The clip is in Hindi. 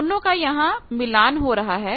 दोनों का यहां मिलान हो रहा है